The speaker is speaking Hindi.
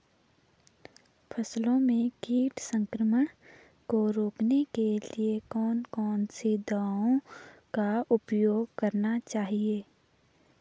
फसलों में कीट संक्रमण को रोकने के लिए कौन कौन सी दवाओं का उपयोग करना चाहिए?